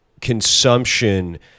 consumption